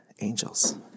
angels